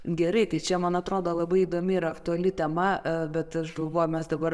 gerai tai čia man atrodo labai įdomi ir aktuali tema bet aš galvoju mes dabar